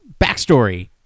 Backstory